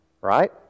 right